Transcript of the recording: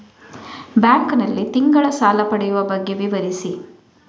Bank ನಲ್ಲಿ ತಿಂಗಳ ಸಾಲ ಪಡೆಯುವ ಬಗ್ಗೆ ವಿವರಿಸಿ?